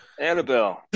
Annabelle